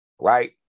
Right